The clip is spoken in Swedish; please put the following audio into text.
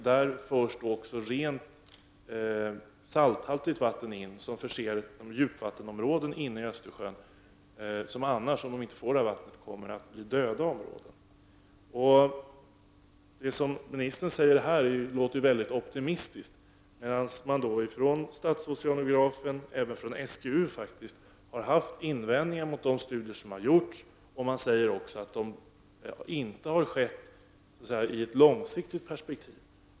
Där förs också rent salthaltigt vatten in till djupvattenområden i Östersjön som annars kommer att bli döda områden, om de inte får det vattnet. Det som ministern här säger låter mycket optimistiskt. Men statsoceanografen och SGU har haft invändningar mot de studier som har genomförts. Man säger också att arbetet inte har genomförts med ett långsiktigt perspektiv.